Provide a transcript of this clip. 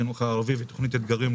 החומש לקידום החינוך הערבי ותכנית אתגרים.